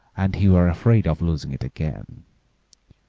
and he were afraid of losing it again.